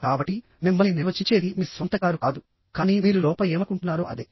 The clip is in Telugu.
కాబట్టి మిమ్మల్ని నిర్వచించేది మీ స్వంత కారు కాదు కానీ మీరు లోపల ఏమనుకుంటున్నారో అదే